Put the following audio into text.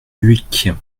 dhuicq